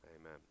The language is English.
amen